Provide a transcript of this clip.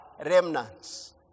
remnants